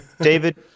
David